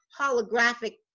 holographic